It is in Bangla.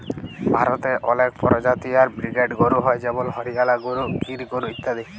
ভারতে অলেক পরজাতি আর ব্রিডের গরু হ্য় যেমল হরিয়ালা গরু, গির গরু ইত্যাদি